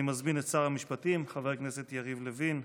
אני מזמין לדוכן את שר המשפטים חבר הכנסת יריב לוין.